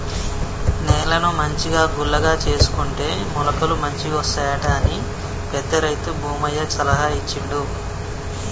నేలను మంచిగా గుల్లగా చేసుకుంటే మొలకలు మంచిగొస్తాయట అని పెద్ద రైతు భూమయ్య సలహా ఇచ్చిండు